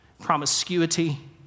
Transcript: promiscuity